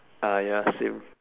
ah ya same